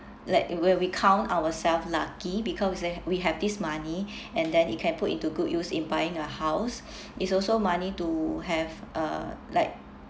like where we count ourselves lucky because leh then we have this money and then it can put into good use in buying a house it's also money to have uh like